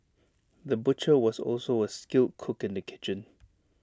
the butcher was also A skilled cook in the kitchen